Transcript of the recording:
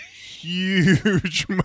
Huge